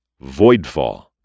Voidfall